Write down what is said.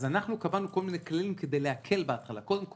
אז אנחנו קבענו כל מיני כללים כדי להקל בהתחלה כי קודם כל,